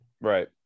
Right